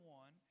one